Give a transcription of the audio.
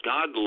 God